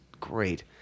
great